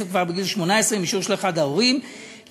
כבר בגיל 18 עם אישור של אחד ההורים לכך.